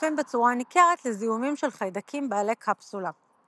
חשופים בצורה ניכרת לזיהומים של חיידקים בעלי קפסולה.